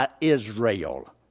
Israel